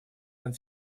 над